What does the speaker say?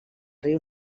riu